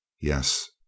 Yes